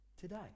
today